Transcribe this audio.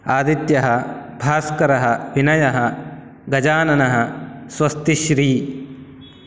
आदित्यः भास्करः विनयः गजाननः स्वस्तिश्रीः